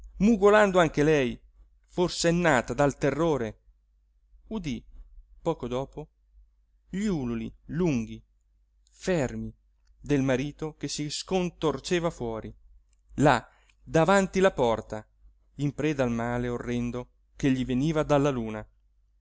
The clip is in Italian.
mugolando anche lei forsennata dal terrore udí poco dopo gli úluli lunghi fermi del marito che si scontorceva fuori là davanti la porta in preda al male orrendo che gli veniva dalla luna